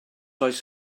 oes